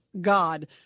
God